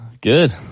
Good